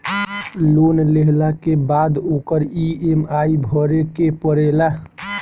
loan लेहला के बाद ओकर इ.एम.आई भरे के पड़ेला